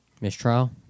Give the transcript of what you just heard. Mistrial